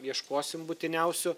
ieškosim būtiniausių